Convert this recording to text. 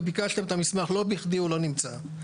ביקשתם את המסמך, לא בכדי הוא לא נמצא.